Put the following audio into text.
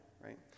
right